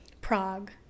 Prague